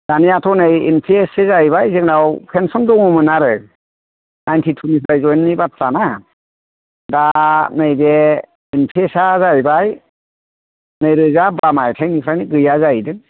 दानियाथ' नैबे N P S सो जाहैबाय जोंनाव फेन्सन दङमोन आरो नायनथिथु निफ्राय जयन्तनि बाथ्राना दा नैबे एन फि एस आ जाहैबाय नै रोजा बा मायथायनि फ्रायनो गैया जाहैदों